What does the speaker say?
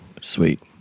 sweet